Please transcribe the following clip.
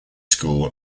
school